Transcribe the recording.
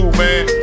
man